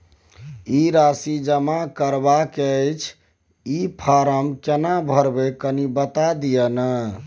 ई राशि जमा करबा के छै त ई फारम केना भरबै, कनी बता दिय न?